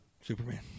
Superman